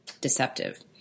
deceptive